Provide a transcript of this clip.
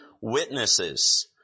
witnesses